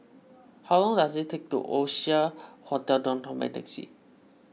how long does it take to Oasia Hotel Downtown by taxi